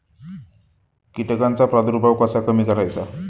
कीटकांचा प्रादुर्भाव कसा कमी करायचा?